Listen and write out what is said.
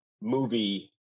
movie